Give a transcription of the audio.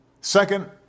Second